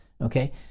Okay